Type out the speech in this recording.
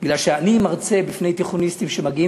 אני מרצה בפני תיכוניסטים שמגיעים,